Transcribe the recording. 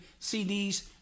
CDs